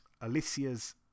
Alicia's